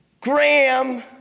Graham